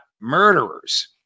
murderers